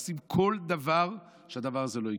עושים כל דבר כדי שהדבר הזה לא יקרה.